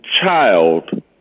child